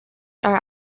are